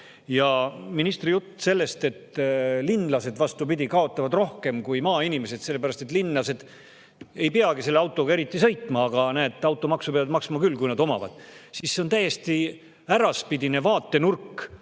Ministri jutt sellest, et linlased, vastupidi, kaotavad rohkem kui maainimesed, sest linlased ei peagi eriti autoga sõitma, aga näete, automaksu peavad maksma küll, kui nad autot omavad, on täiesti äraspidine vaatenurk